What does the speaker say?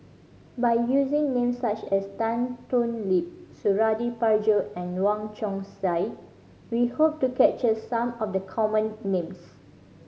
by using names such as Tan Thoon Lip Suradi Parjo and Wong Chong Sai we hope to capture some of the common names